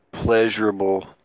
pleasurable